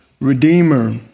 Redeemer